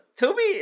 Toby